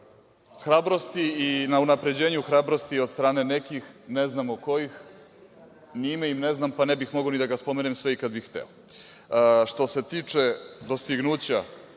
hrabrosti i na unapređenju hrabrosti od strane nekih, ne znamo kojih, ni ime im ne znam pa ne bih mogao ni da ga spomenem, sve i kad bih hteo. Što se tiče dostignuća